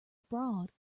abroad